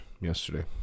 Yesterday